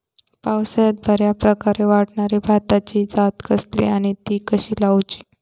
पावसात बऱ्याप्रकारे वाढणारी भाताची जात कसली आणि ती कशी लाऊची?